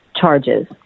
charges